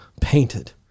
painted